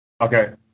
Okay